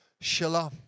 shalom